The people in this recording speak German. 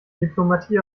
diplomatie